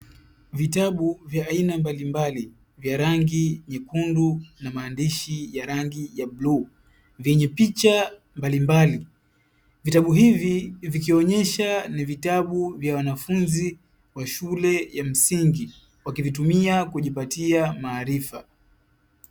Vitabu vya aina mbalimbali vya rangi nyekundu na maadishi ya rangi ya bluu vyenye picha mbalimbali vitabu hivi vikionyesha ni vitabu vya wanafunzi wa shule ya msingi wakivitumia kujipatia maarifa.